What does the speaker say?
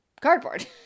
cardboard